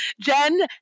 Jen